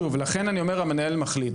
לכן אני אומר שוב: המנהל מחליט.